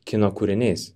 kino kūriniais